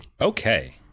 Okay